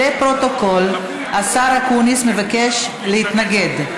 לפרוטוקול, השר אקוניס מבקש להתנגד.